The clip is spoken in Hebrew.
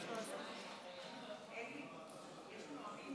גברתי היושבת-ראש,